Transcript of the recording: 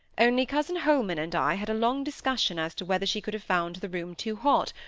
only cousin holman and i had a long discussion as to whether she could have found the room too hot,